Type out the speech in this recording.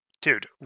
Dude